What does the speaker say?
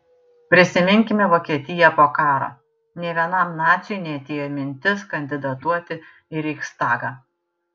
prisiminkime vokietiją po karo nė vienam naciui neatėjo mintis kandidatuoti į reichstagą